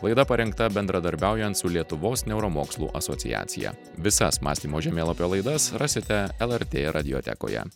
laida parengta bendradarbiaujant su lietuvos neuromokslų asociacija visas mąstymo žemėlapio laidas rasite lrt radiotekoje